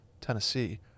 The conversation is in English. Tennessee